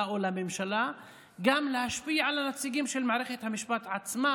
או לממשלה גם להשפיע על הנציגים של מערכת המשפט עצמה,